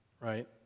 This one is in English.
right